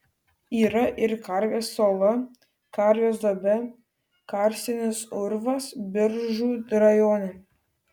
yra ir karvės ola karvės duobė karstinis urvas biržų rajone